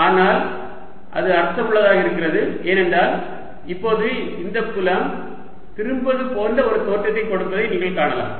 ஆனால் அது அர்த்தமுள்ளதாக இருக்கிறது ஏனென்றால் இப்போது இந்த புலம் திரும்புவது போன்ற ஒரு தோற்றத்தை கொடுப்பதை நீங்கள் காணலாம்